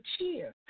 cheer